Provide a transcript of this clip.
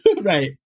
Right